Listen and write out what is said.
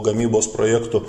gamybos projektų